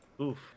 Oof